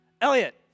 Elliot